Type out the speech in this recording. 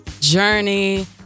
journey